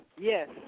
yes